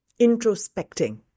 introspecting